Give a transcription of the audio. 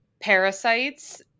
parasites